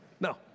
no